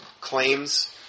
claims